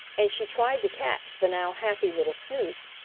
and she tried to catch the now happy little snoop.